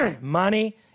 Money